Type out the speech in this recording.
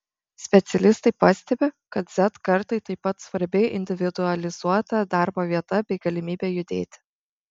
specialistai pastebi kad z kartai taip pat svarbi individualizuota darbo vieta bei galimybė judėti